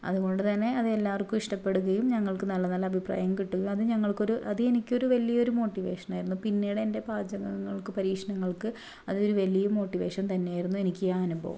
അതുകൊണ്ട് തന്നെ അത് എല്ലാവര്ക്കും ഇഷ്ടപ്പെടുകയും ഞങ്ങള്ക്ക് നല്ല നല്ല അഭിപ്രായം കിട്ടുകയും അത് ഞങ്ങള്ക്ക് ഒരു അത് എനിക്ക് ഒരു വലിയ ഒരു മോട്ടിവേഷനായിരുന്നു പിന്നീട് എന്റെ പാചകങ്ങള്ക്ക് പരീക്ഷണങ്ങള്ക്ക് അതൊരു വലിയ മോട്ടിവേഷന് തന്നെ ആയിരുന്നു എനിക്ക് ആ അനുഭവം